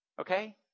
Okay